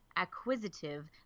Acquisitive